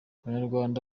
abanyarwanda